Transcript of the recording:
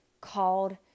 called